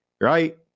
right